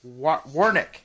Warnick